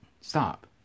stop